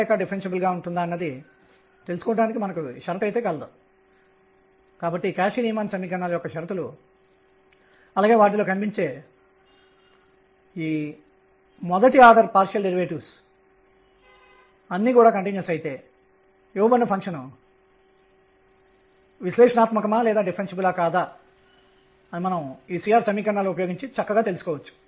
ఇక్కడ m ఉంది ఇక్కడ m ఉంది కాబట్టి ఇది మీకు ఈ సమాకలనికి తుది సమాధానం ఇస్తుంది మరియు ఇది nrh ఇదే శక్తిని నిర్ణయించబోతుంది